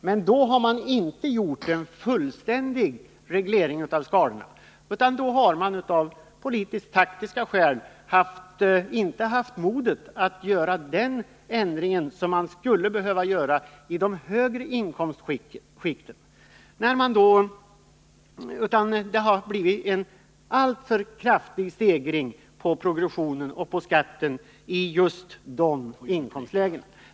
Men då har man inte företagit en fullständig reglering av skatteskalorna — man har av politiskt-taktiska skäl inte haft modet att göra den ändring i de högre inkomstskikten som man skulle ha behövt göra, utan det har blivit en alltför kraftig stegring av progressionen och skatten i just de inkomstlägena.